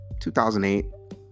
2008